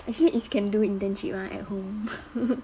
actually it's can do internship [one] at home